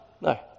No